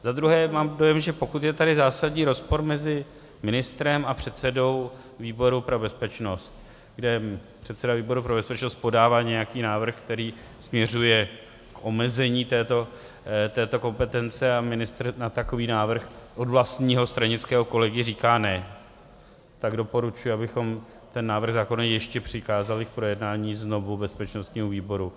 Za druhé mám dojem, že pokud je tady zásadní rozpor mezi ministrem a předsedou výboru pro bezpečnost, kde předseda výboru pro bezpečnost podává nějaký návrh, který směřuje k omezení této kompetence, a ministr na takový návrh od vlastního stranického kolegy říká ne, tak doporučuji, abychom ten návrh zákona ještě znovu přikázali k projednání bezpečnostnímu výboru.